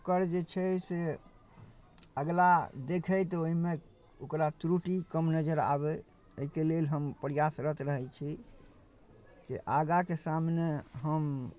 तऽ ओकर जे छै से अगिला देखैत ओहिमे ओकरा त्रुटि कम नजरि आबै एहिके लेल हम प्रयासरत रहै छी कि आगाँके सामने हम